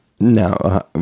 No